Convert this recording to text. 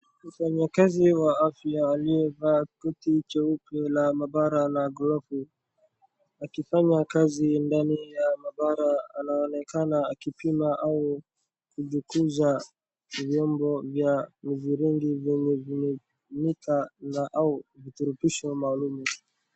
Mfanyikazi wa afya aliyevaa koti jeupe la maabara na glovu akifanya kazi ndani ya maabara. Anaonekana akipima au kuchunguza vyombo vya mviringo vyenye vimetumika na au viturubisho maalum.